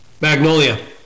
Magnolia